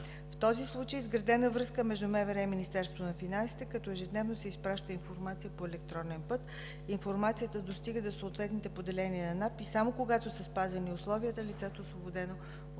В този случай е изградена връзка между МВР и Министерството на финансите като ежедневно се изпраща информация по електронен път. Информацията достига до съответните поделения на НАП и само когато са спазени условията, лицето е освободено от